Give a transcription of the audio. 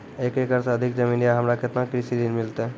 एक एकरऽ से अधिक जमीन या हमरा केतना कृषि ऋण मिलते?